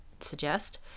suggest